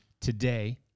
today